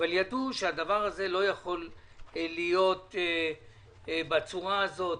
אבל ידעו שהדבר הזה לא יכול לפעול בצורה כזאת,